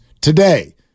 today